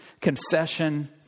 Confession